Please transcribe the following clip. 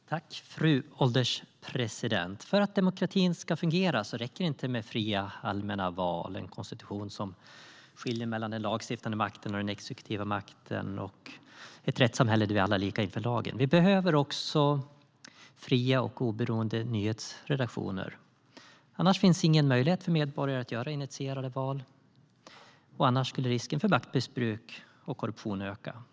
STYLEREF Kantrubrik \* MERGEFORMAT Radio och tv i allmänhetens tjänstFru ålderspresident! För att demokratin ska fungera räcker det inte med fria allmänna val, en konstitution som skiljer mellan den lagstiftande makten och den exekutiva makten samt ett rättssamhälle där vi alla är lika inför lagen. Vi behöver också fria och oberoende nyhetsredaktioner. Annars finns ingen möjlighet för medborgarna att göra initierade val, och annars skulle risken för maktmissbruk och korruption öka.